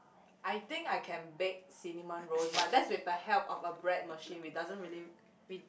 I think I can bake cinnamon rolls but that's with the help of a bread machine which doesn't really